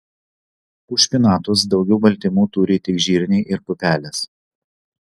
už špinatus daugiau baltymų turi tik žirniai ir pupelės